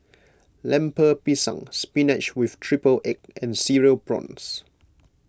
Lemper Pisang Spinach with Triple Egg and Cereal Prawns